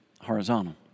horizontal